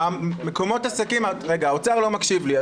רגע, האוצר לא מקשיב לי.